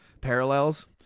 parallels